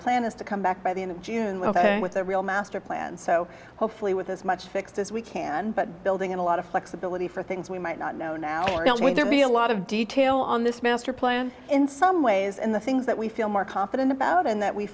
plan is to come back by the end of june with a real master plan so hopefully with as much fixed as we can but building a lot of flexibility for things we might not know now we are going to be a lot of detail on this master plan in some ways and the things that we feel more confident about and that we